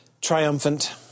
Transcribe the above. triumphant